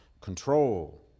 control